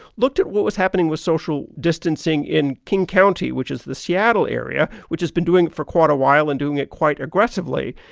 looked at what was happening with social distancing in king county, which is the seattle area, which has been doing it for quite a while and doing it quite aggressively.